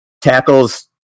Tackles